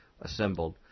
assembled